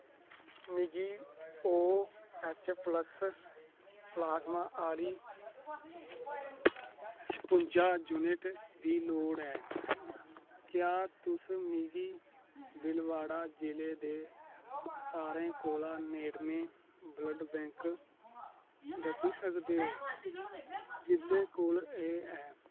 मिगी O H plus plasma आह्ली छपुंजा यूनट दी लोड़ ऐ क्या तुस मिगी भीलवाड़ा जि'ले दे सारे कोला नेड़में ब्लड बैंक दस्सी सकदे ओ जिं'दे कोल एह् ऐ